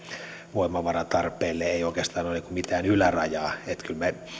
voimavaratarpeelle ei oikeastaan ole mitään ylärajaa että kyllä me